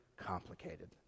complicated